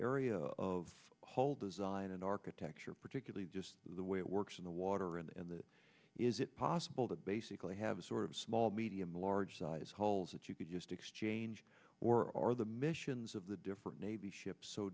area of whole design and architecture particularly the way it works in the water and that is it possible to basically have sort of small medium large sized holes that you could just exchange or are the missions of the different navy ships so